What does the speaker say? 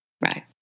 right